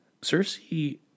Cersei